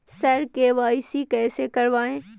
sir KYC कैसे करवाएं